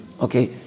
Okay